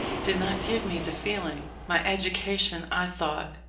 did not give me the feeling. my education, i thought,